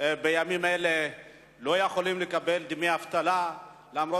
לא יכולים לקבל דמי אבטלה בימים אלה,